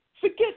forget